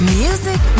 music